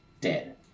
dead